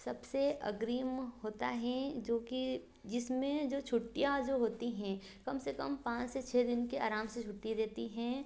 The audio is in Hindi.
सबसे अग्रिम होता हैं जो कि जिसमें जो छुट्टियाँ जो होती हैं कम से कम पाँच से छः दिन के आराम से छुट्टी देती हैं